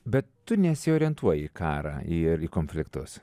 bet tu nesiorientuoji į karą ir į konfliktus